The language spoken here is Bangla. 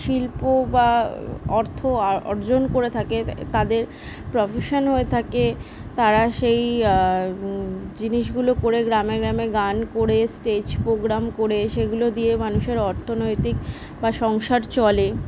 শিল্প বা অর্থ অর্জন করে থাকে তাদের প্রফেশান হয়ে থাকে তারা সেই জিনিসগুলো করে গ্রামে গ্রামে গান করে স্টেজ প্রোগ্রাম করে সেগুলো দিয়ে মানুষের অর্থনৈতিক বা সংসার চলে